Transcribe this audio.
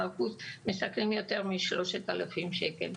מ-3,000 שקל,